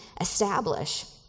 establish